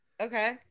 Okay